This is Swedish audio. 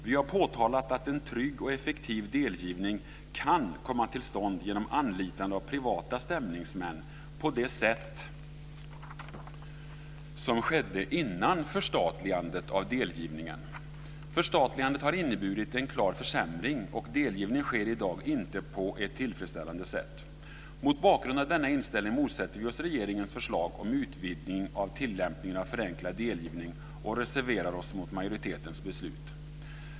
Vi har påtalat att en trygg och effektiv delgivning kan komma till stånd genom anlitande av privata stämningsmän på det sätt som skedde innan förstatligandet av delgivningen. Förstatligandet har inneburit en klar försämring, och delgivning sker i dag inte på ett tillfredsställande sätt. Mot bakgrund av den inställningen motsätter vi oss regeringens förslag om utvidgning av tillämpningen av förenklad delgivning och reserverar oss mot majoritetens förslag.